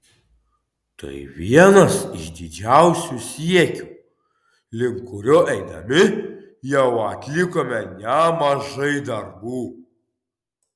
tai vienas iš didžiausių siekių link kurio eidami jau atlikome nemažai darbų